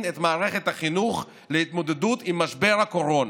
את מערכת החינוך להתמודדות עם משבר הקורונה.